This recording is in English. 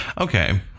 Okay